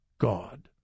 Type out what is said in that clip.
God